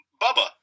Bubba